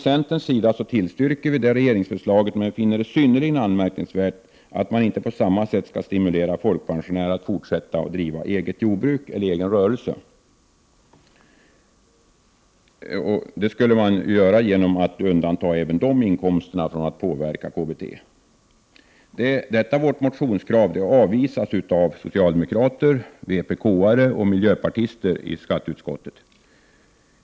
Centern tillstyrker detta regeringsförslag men finner det synnerligen anmärkningsvärt att man inte på samma sätt skall stimulera folkpensionärer att fortsätta att driva eget jordbruk eller egen rörelse. Det skulle man göra genom att även undanta jordbruksoch rörelseinkomster från att påverka KBT. Detta vårt motionskrav avvisas i utskottet av företrädarna för socialdemokraterna, vpk och miljöpartiet.